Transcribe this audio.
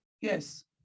Yes